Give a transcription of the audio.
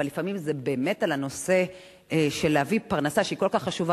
אבל לפעמים זה באמת על הנושא של להביא פרנסה שהיא כל כך חשובה,